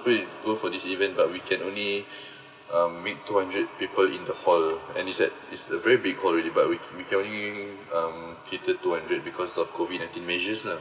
people go for this event but we can only um make two hundred people in the hall and he said is a very big hall already but we we can only um cater two hundred because of COVID nineteen measures lah